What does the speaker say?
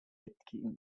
etnik